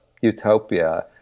utopia